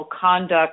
conduct